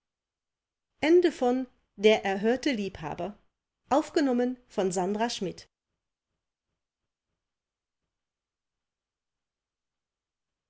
der erhörte liebhaber